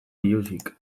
biluzik